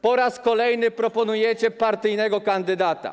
Po raz kolejny proponujecie partyjnego kandydata.